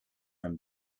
een